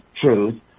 truth